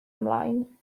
ymlaen